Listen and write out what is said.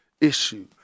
issue